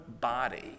body